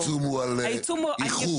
זאת אומרת העיצום הוא על איחור.